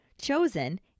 chosen